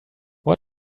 what